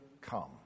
come